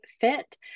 fit